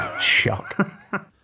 shock